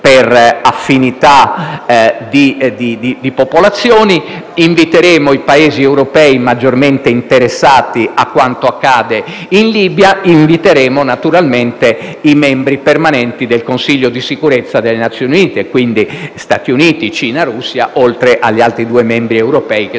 per affinità di popolazioni. Inviteremo i Paesi europei maggiormente interessati a quanto accade in Libia; inviteremo, naturalmente, i membri permanenti del Consiglio di sicurezza delle Nazioni Unite: Stati Uniti, Cina, Russia, oltre agli altri due membri europei che